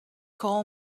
call